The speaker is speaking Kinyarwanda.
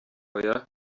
oya